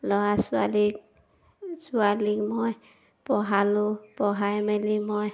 ল'ৰা ছোৱালী ছোৱালীক মই পঢ়ালোঁ পঢ়াই মেলি মই